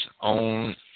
own